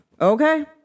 Okay